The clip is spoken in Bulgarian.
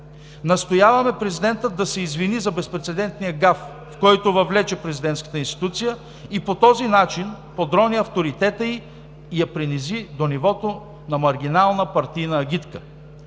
Настояваме президентът да се извини за безпрецедентния гаф, в който въвлече президентската институция, и по този начин подрони авторитета ѝ и я принизи до нивото на маргинална партийна агитка!